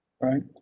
right